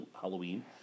Halloween